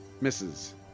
Misses